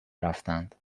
رفتند